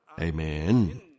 Amen